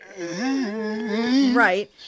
Right